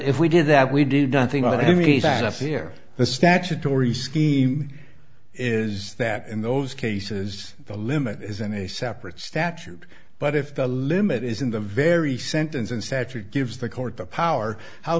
if we did that we did nothing i mean that up here the statutory scheme is that in those cases the limit isn't a separate statute but if the limit is in the very sentence and statute gives the court the power how